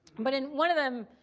but in one of them